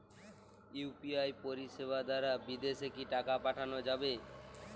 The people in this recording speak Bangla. ইউ.পি.আই পরিষেবা দারা বিদেশে কি টাকা পাঠানো যাবে?